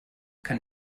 kann